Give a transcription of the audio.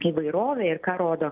įvairovę ir ką rodo